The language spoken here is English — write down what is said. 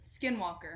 Skinwalker